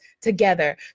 together